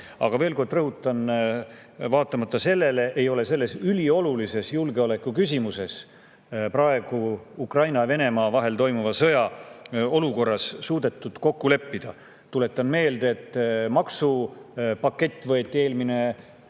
veel kord rõhutan: vaatamata sellele ei ole selles üliolulises julgeolekuküsimuses praegu, Ukraina ja Venemaa vahel toimuva sõja olukorras, suudetud kokku leppida. Tuletan meelde, et maksupakett võeti eelmisel